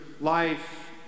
life